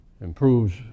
improves